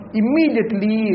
immediately